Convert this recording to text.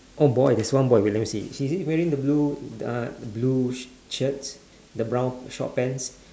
oh boy there's one boy wait let me see is he wearing a blue uh blue shirt the brown short pants